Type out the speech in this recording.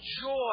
joy